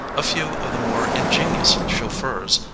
a few of the more ingenious chauffeurs,